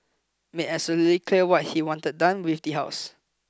made absolutely clear what he wanted done with the house